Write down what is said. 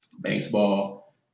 baseball